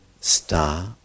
star